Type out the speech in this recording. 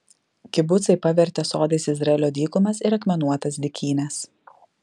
kibucai pavertė sodais izraelio dykumas ir akmenuotas dykynes